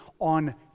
on